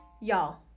Y'all